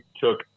took